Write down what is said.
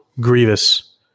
Grievous